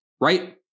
right